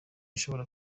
ishobora